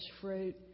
fruit